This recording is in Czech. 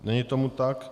Není tomu tak.